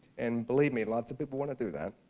and believe me, lots of people want to do that.